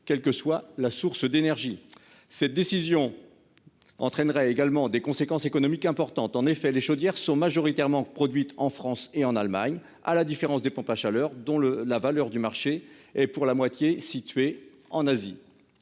quelle que soit la source d'énergie. Cette décision entraînerait également des conséquences économiques importantes. En effet, les chaudières sont majoritairement produites en France et en Allemagne, à la différence des pompes à chaleur, dont la valeur de marché se situe pour moitié en Asie.